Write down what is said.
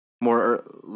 more